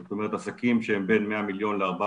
זאת אומרת עסקים שהם בין 100 מיליון ל-400